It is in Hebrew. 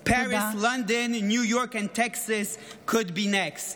Paris, London, New York and Texas could be next.